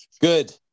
good